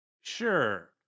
Sure